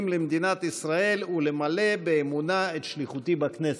למדינת ישראל ולמלא באמונה את שליחותי בכנסת.